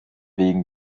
wegen